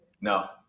No